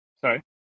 sorry